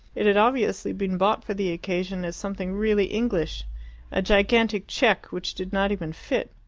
it had obviously been bought for the occasion as something really english a gigantic check, which did not even fit.